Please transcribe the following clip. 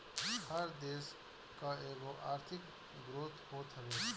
हर देस कअ एगो आर्थिक ग्रोथ होत हवे